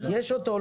יש אותו,